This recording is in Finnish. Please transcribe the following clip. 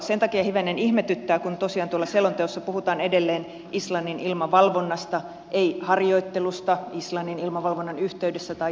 sen takia hivenen ihmetyttää kun tosiaan tuolla selonteossa puhutaan edelleen islannin ilmavalvonnasta ei harjoittelusta islannin ilmavalvonnan yhteydessä tai jotenkin muuten